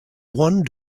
one